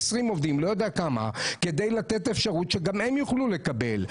עובדים כדי לתת אפשרות שגם הם יוכלו לקבל.